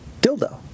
dildo